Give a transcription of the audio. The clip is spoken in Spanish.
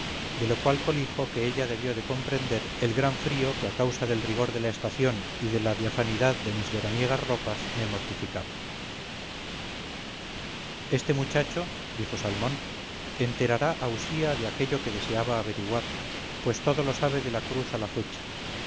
de lo cual colijo que ella debió de comprender el gran frío que a causa del rigor de la estación y de la diafanidad de mis veraniegas ropas me mortificaba este muchacho dijo salmón enterará a usía de aquello que deseaba averiguar pues todo lo sabe de la cruz a la fecha